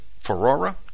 Ferrara